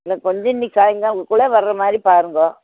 எனக்கு வந்து இன்றைக்கி சாயங்காலத்துக்குள்ளே வர்ற மாதிரி பாருங்க